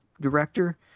director